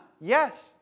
Yes